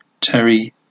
Terry